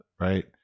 right